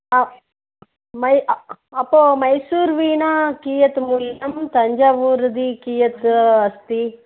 मय् अपो मैसूर् वीणा कियत् मौल्यं तञ्जावूर्दि कियत्